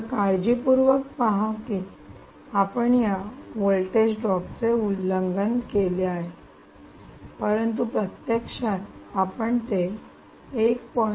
तर काळजीपूर्वक पहा की आपण या व्होल्टेज ड्रॉप चे उल्लंघन केले आहे परंतु प्रत्यक्षात आपण ते 1